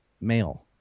male